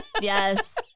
Yes